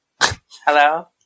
Hello